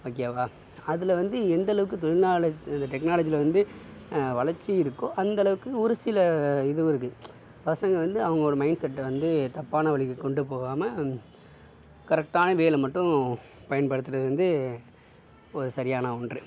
ஓகேவா அதில் வந்து எந்தளவுக்கு டெக்னாலஜியில வந்து வளர்ச்சி இருக்கோ அந்த அளவுக்கு ஒரு சில இதுவும் இருக்குது பசங்க வந்து அவனுங்களோட மைண்ட்செட்டை வந்து தப்பான வழிக்கு கொண்டுபோகாம கரெக்டான வேலை மட்டும் பயன்படுத்துகிறது வந்து ஒரு சரியான ஒன்று